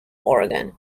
oregon